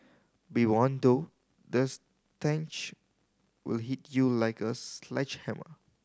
be warned though the stench will hit you like a sledgehammer